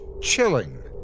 chilling